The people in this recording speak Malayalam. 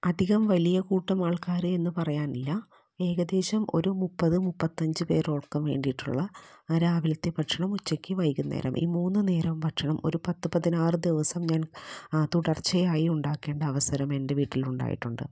അധികം വലിയ കൂട്ടം ആൾക്കാരെയെന്ന് പറയാനില്ല ഏകദേശം ഒരു മുപ്പത് മുപ്പത്തഞ്ച് പേരൊൾക്കു വേണ്ടിയിട്ടുള്ള ആ രാവിലത്തെ ഭക്ഷണം ഉച്ചക്ക് വൈകുന്നേരം ഈ മൂന്നു നേരോം ഭക്ഷണം ഒരു പത്തു പതിനാറ് ദിവസം ഞാൻ ആ തുടർച്ചയായി ഉണ്ടാക്കേണ്ട അവസരം എൻ്റെ വീട്ടിൽ ഉണ്ടായിട്ടുണ്ട്